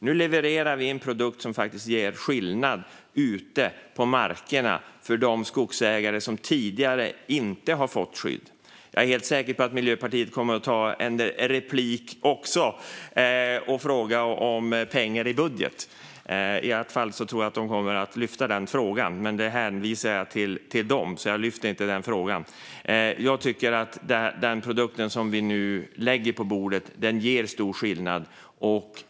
Nu levererar vi en produkt som faktiskt gör skillnad ute på markerna för de skogsägare som tidigare inte har fått skydd. Jag är helt säker på att Miljöpartiet också kommer att ta replik och fråga om pengar i budget. I alla fall tror jag att de kommer att lyfta den frågan. Jag hänvisar till dem och lyfter den inte. Jag tycker att den produkt som vi nu lägger på bordet gör stor skillnad.